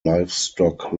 livestock